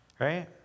right